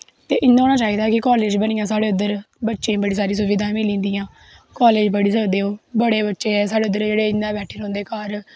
ते इ'यां होना चाहिदा कि कालेज बनी जा साढ़े उद्धर बच्चें गी बड़ी सारी सुविधां मिली जंदियां कालेज पढ़ी सकदे न ओह् बड़े बच्चे न साढै इद्धर जेह्ड़े इ'यां बैठी रौंह्दे घर